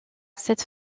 cette